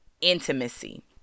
intimacy